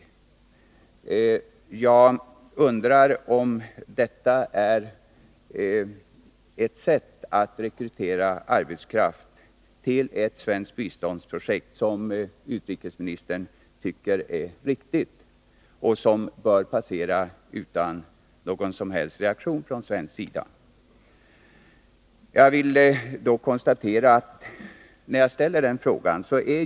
Jag undrar om detta är ett sätt att rekrytera arbetskraft till ett svenskt biståndsprojekt som utrikesministern finner riktigt och som bör passera utan någon som helst reaktion från svensk sida.